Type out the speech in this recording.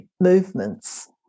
movements